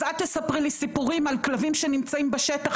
אז אל תספרי לי סיפורים על כלבים שנמצאים בשטח,